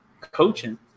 coaching